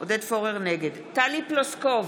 טלי פלוסקוב,